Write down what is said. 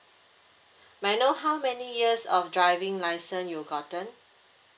may I know how many years of driving license you gotten